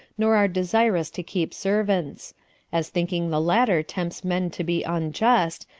nor are desirous to keep servants as thinking the latter tempts men to be unjust,